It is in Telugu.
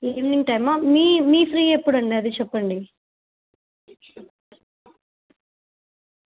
ఈవినింగ్ టైమా మీ మీ ఫ్రీ ఎప్పుడండీ అది చెప్పండి